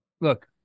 look